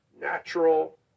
natural